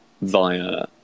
via